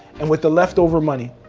and with the leftover money,